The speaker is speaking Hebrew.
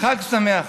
חג שמח,